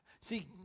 See